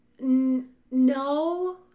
No